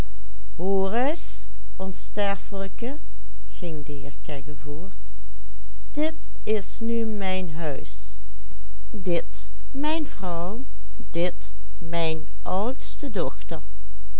huis dit mijn vrouw dit mijn oudste dochter